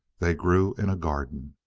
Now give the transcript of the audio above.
they grew in a garden,